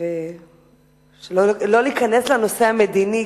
ולא ניכנס לנושא המדיני,